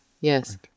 yes